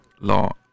law